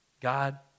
God